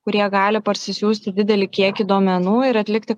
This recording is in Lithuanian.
kurie gali parsisiųsti didelį kiekį duomenų ir atlikti